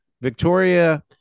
Victoria